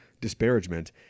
disparagement